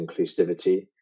inclusivity